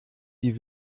die